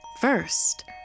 First